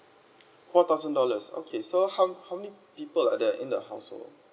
four thousand dollars okay so how how many people are there in the household